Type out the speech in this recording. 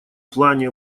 плане